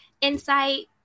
insight